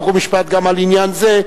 חוק ומשפט גם על עניין זה.